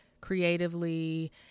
creatively